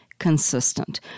consistent